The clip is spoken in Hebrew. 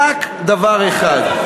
רק דבר אחד,